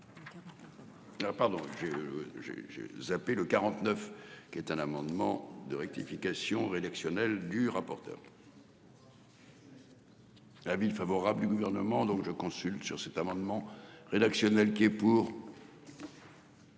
j'ai j'ai zappé le 49 qui est un amendement de rectification rédactionnelle du rapporteur. Avis favorable du gouvernement donc je consulte sur cet amendement rédactionnel qui est pour.